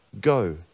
go